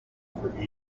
for